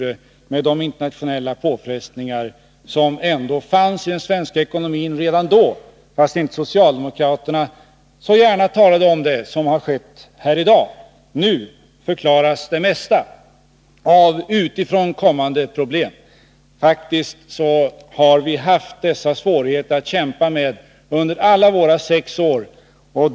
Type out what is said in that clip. Detta skedde trots de internationella påfrestningar som fanns+i den svenska ekonomin redan då, fast socialdemokraterna då inte så gärna som har skett här i dag talade om det. Nu förklarades det mest som utifrån kommande problem. Faktiskt har vi haft alla dessa svårigheter att kämpa med under alla de sex åren.